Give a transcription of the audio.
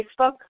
Facebook